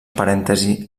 parèntesi